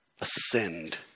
ascend